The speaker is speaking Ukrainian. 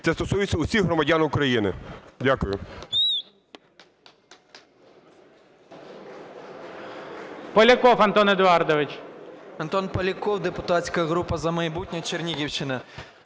це стосується усіх громадян України. Дякую.